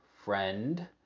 friend